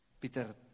Peter